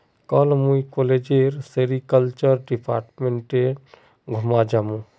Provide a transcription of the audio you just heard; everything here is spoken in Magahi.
कल मुई कॉलेजेर सेरीकल्चर डिपार्टमेंट घूमवा जामु